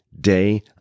day